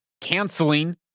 canceling